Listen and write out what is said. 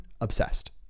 obsessed